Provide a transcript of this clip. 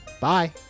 Bye